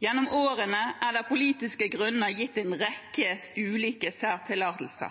Gjennom årene er det av politiske grunner gitt en rekke ulike særtillatelser,